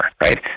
right